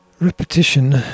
Repetition